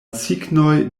signoj